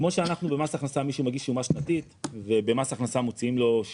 כמו שבמס הכנסה מישהו מגיש שומה שנתית ובמס הכנסה מוציאים לו שומה